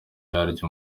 yaryo